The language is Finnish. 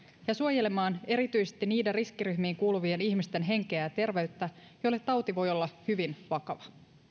ja suojelemaan erityisesti niiden riskiryhmiin kuuluvien ihmisten henkeä ja terveyttä joille tauti voi olla hyvin vakava